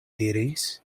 diris